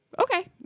Okay